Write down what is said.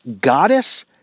goddess